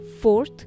Fourth